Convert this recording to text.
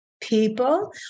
people